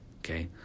Okay